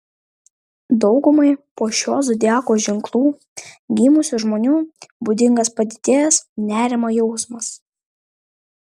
daugumai po šiuo zodiako ženklu gimusių žmonių būdingas padidėjęs nerimo jausmas